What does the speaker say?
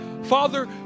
Father